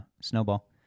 Snowball